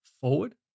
forward